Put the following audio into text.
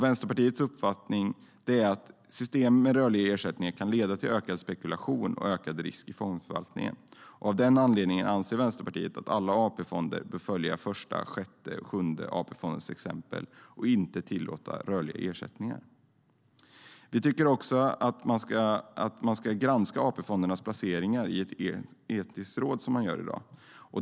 Vänsterpartiets uppfattning är att systemet med rörlig ersättning kan leda till spekulation och ökade risker i fondförvaltningen. Av den anledningen anser Vänsterpartiet att alla AP-fonderna bör följa Första, Sjätte och Sjunde AP-fondernas exempel och inte tillåta rörliga ersättningar. Vi tycker också att man ska granska AP-fondernas placeringar i ett etiskt råd, som man gör i dag.